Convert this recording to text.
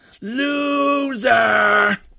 Loser